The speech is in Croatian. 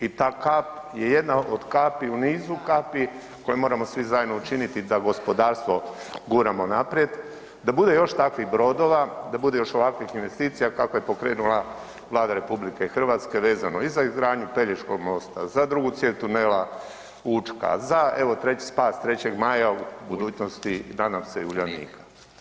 I ta kap je jedna od kapi u nizu kapi koje moramo svi zajedno učiniti da gospodarstvo guramo naprijed, da bude još takvih brodova, da bude još ovakvih investicija kakve je pokrenula Vlada RH vezano i za izgradnju Pelješkog mosta, za drugu cijev tunela Učka, za evo, treći spas 3. maja, u budućnosti, nadam se, i Uljanika.